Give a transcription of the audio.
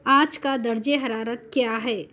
آج کا درجہ حرارت کیا ہے